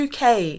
UK